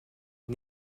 est